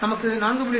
நமக்கு 4